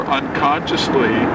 unconsciously